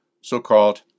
so-called